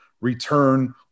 return